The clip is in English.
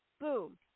boom